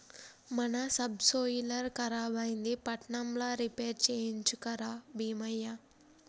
మన సబ్సోయిలర్ ఖరాబైంది పట్నంల రిపేర్ చేయించుక రా బీమయ్య